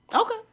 Okay